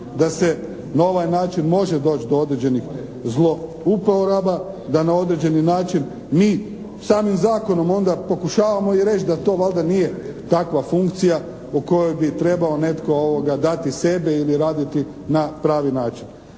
da se na ovaj način može doći do određenih zlouporaba, da na određeni način mi samim zakonom onda pokušavamo i reći da to valjda nije takva funkcija u kojoj bi trebao netko dati sebe ili raditi na pravi način.